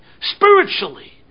spiritually